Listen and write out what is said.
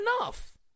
enough